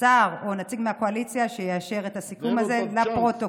שר או נציג מהקואליציה שיאשר את הסיכום הזה לפרוטוקול.